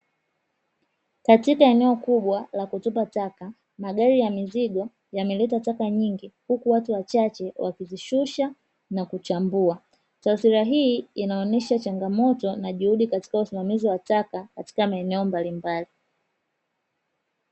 Katika eneo kubwa la kutupa taka, magari ya mizigo yameleta taka nyingi huku watu wachache wakizishusha na kuchambua. Taswira hii inaonyesha changamoto na juhudi katika usimamizi wa taka katika maeneo mbalimbali.